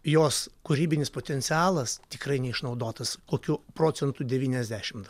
jos kūrybinis potencialas tikrai neišnaudotas kokiu procentu devyniasdešimt